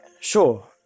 Sure